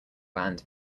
band